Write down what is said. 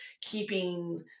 keeping